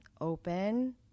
open